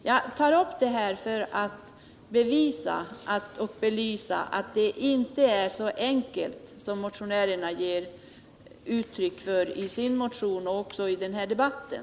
Jag tar upp detta för att belysa att det inte är så enkelt som motionärerna ger uttryck för i sin motion och även i debatten.